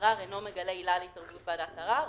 הערר אינו מגלה עילה להתערבות ועדת הערר,